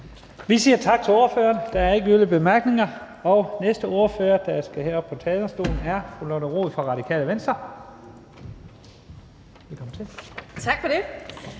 Vi siger tak til ordføreren. Der er ikke yderligere korte bemærkninger. Næste ordfører, der skal herop på talerstolen, er fru Lotte Rod fra Radikale Venstre. Velkommen